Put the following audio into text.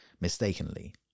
mistakenly